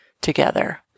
together